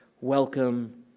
welcome